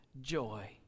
joy